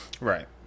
right